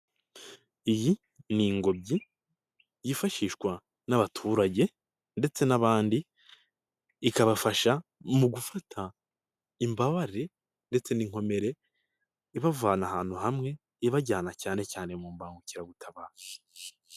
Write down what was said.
Iyi ni ingobyi yifashishwa n'abaturage ndetse n'abandi ikabafasha mu gufata imbabare ndetse n'inkomere, ibavana ahantu hamwe ibajyana cyane cyane mu mbangukiragutabazi.